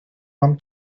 mam